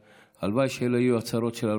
הלוואי שאלו יהיו הצרות שלנו.